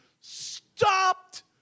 stopped